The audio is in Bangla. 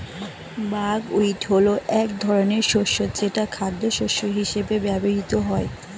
বাকহুইট হলো এক ধরনের শস্য যেটা খাদ্যশস্য হিসেবে ব্যবহৃত হয়